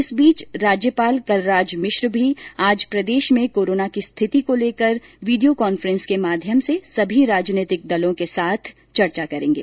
इस बीच राज्यपाल कलराज मिश्र भी आज प्रदेश में कोरोना की स्थिति को लेकर वीडियो कॉन्फ्रेन्स के माध्यम से सभी राजनैतिक दलों के प्रतिनिधियों से चर्चा करेंगे